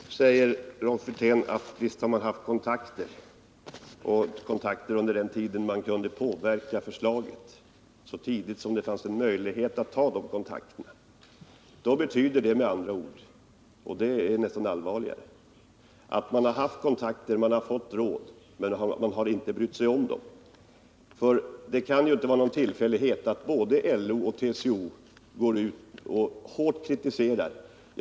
Herr talman! Nu säger Rolf Wirtén, att visst har man haft kontakter under den tid då förslaget kunde påverkas, så tidigt som det fanns möjlighet att ta kontakter. Det betyder med andra ord — och det är nästan allvarligare — att man har haft kontakter och fått råd men inte brytt sig om det. För det kan ju inte vara någon tillfällighet att både LO och TCO går ut och hårt kritiserar förslaget.